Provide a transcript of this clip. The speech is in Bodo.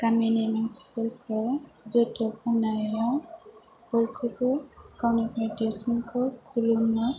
गामिनि मानसिफोरखौ जोथोब होनायाव बयखौबो गावनिफ्राय देरसिनखौ खुलुमो